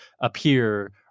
appear